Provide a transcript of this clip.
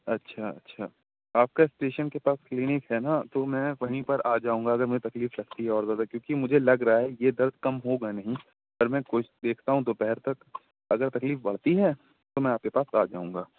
اچھا اچھا آپ کا اسٹیشن کے پاس کلینک ہے نا تو میں وہیں پر آ جاؤں گا اگر مجھے تکلیف لگتی ہے اور زیادہ کیونکہ مجھے لگ رہا ہے یہ درد کم ہوگا نہیں پر میں کوشش دیکھتا ہوں دوپہر تک اگر تکلیف بڑھتی ہے تو میں آپ کے پاس آ جاؤں گا